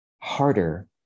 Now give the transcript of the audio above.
harder